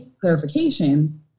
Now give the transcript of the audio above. clarification